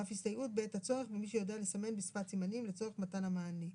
ואף הסתייעות בעת הצורך במי שיודע לסמן בשפת סימנים לצורך מתן המענה.